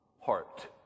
heart